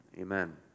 amen